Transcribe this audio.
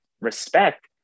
Respect